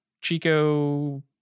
Chico